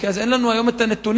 אין לנו היום נתונים,